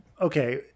okay